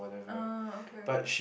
ah okay okay